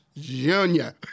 Junior